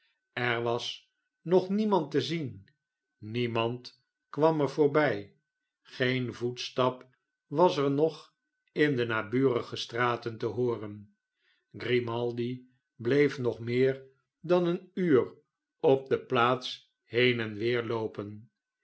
er was nog niemand to zien niemand kwam er voorbij geen voetstap was er nog indenaburige straten te hooren grimaldi bleef nog meer dan een uur op de plaats heen en weer loopen